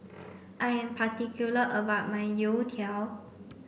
I am particular about my Youtiao